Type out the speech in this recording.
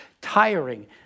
tiring